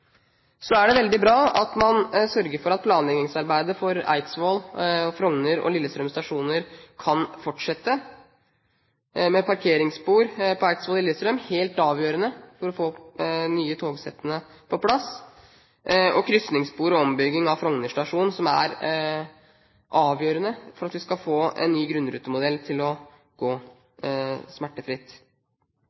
veldig bra at man sørger for at planleggingsarbeidet for Eidsvoll, Frogner og Lillestrøm stasjoner kan fortsette, med parkeringsspor på Eidsvoll og Lillestrøm, som er helt avgjørende for å få de nye togsettene på plass, og med krysningsspor og ombygging av Frogner stasjon, som er avgjørende for at vi skal få en ny grunnrutemodell til å gå smertefritt.